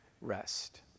rest